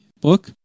book